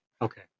Okay